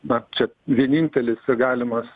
va čia vienintelis čia galimas